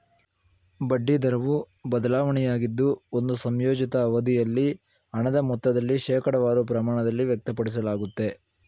ಬಡ್ಡಿ ದರವು ಬದಲಾವಣೆಯಾಗಿದ್ದು ಒಂದು ಸಂಯೋಜಿತ ಅವಧಿಯಲ್ಲಿ ಹಣದ ಮೊತ್ತದಲ್ಲಿ ಶೇಕಡವಾರು ಪ್ರಮಾಣದಲ್ಲಿ ವ್ಯಕ್ತಪಡಿಸಲಾಗುತ್ತೆ